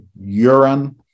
urine